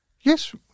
Yes